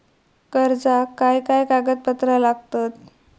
कर्जाक काय काय कागदपत्रा लागतत?